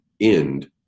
end